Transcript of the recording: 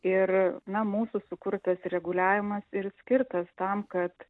ir na mūsų sukurtas reguliavimas ir skirtas tam kad